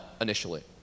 initially